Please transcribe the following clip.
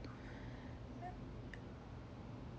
err